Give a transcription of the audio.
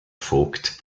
vogt